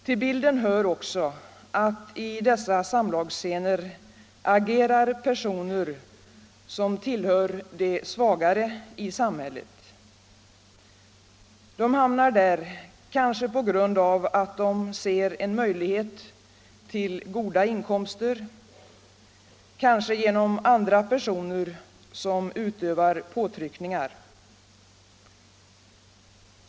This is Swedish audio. Till bilden hör också att i dessa samlagsscener agerar personer som tillhör de svagare i samhället. De hamnar där kanske på grund av att de ser en möjlighet till goda inkomster, kanske genom andra personer som utövar påtryckningar.